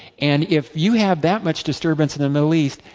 and if you have that much disturbance in the middle east,